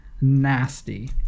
nasty